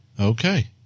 Okay